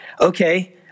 okay